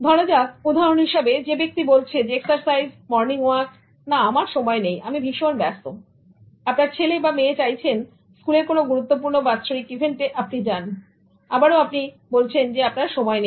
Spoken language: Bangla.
ধরা যাক উদাহরন হিসাবে যে ব্যক্তি বলছে এক্সারসাইজ মর্নিং ওয়াক ওকে না আমার সময় নেই আমি ভীষণ ব্যস্ত আপনার ছেলে অথবা মেয়ের চাইছেন স্কুলের কোনো গুরুত্বপূর্ণ বাৎসরিক ইভেন্টে আপনি যান আবারো আপনি বলছেন সময় নেই